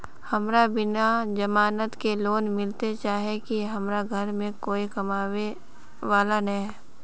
हमरा बिना जमानत के लोन मिलते चाँह की हमरा घर में कोई कमाबये वाला नय है?